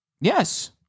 Yes